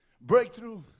Breakthrough